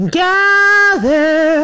gather